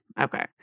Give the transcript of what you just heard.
Okay